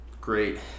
great